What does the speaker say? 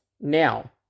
Now